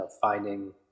finding